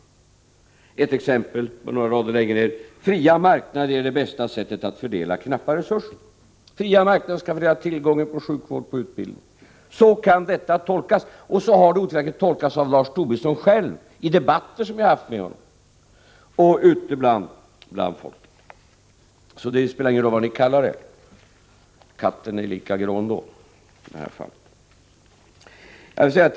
Ett exempel några rader längre ner: ”Fria marknader är det bästa sättet att ——— fördela knappa resurser Fria marknader skall fördela tillgång till sjukvård och utbildning — så kan detta tolkas, och så har det otvivelaktigt tolkats av Lars Tobisson själv i debatter som jag har haft med honom, och så tolkas det ute bland folk. Det spelar ingen roll vad detta kallas — katten är i detta fall ändå lika grå.